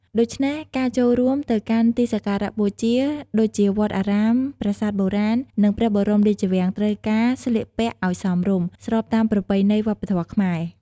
ដូច្នេះ ការចូលទៅកាន់ទីសក្ការៈបូជាដូចជាវត្តអារាម ប្រាសាទបុរាណ និងព្រះបរមរាជវាំង ត្រូវការស្លៀកពាក់អោយសមរម្យ ស្របតាមប្រពៃណីវប្បធម៌ខ្មែរ។